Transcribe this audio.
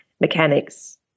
mechanics